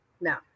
Now